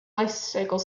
lifecycle